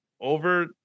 over